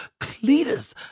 Cletus